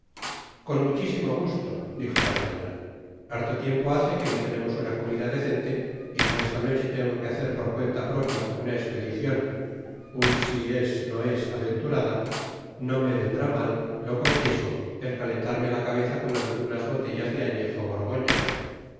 con muchísimo gusto dijo d'artagnan harto tiempo hace que no lenemos una comida decente y como esta noche tengo que hacer por cuenta propia una espedicion un si es no es aventurada no me vendrá mal lo confieso el calentarme la cabeza con algunas botellas de añejo borgoña